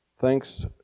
Thanks